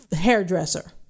hairdresser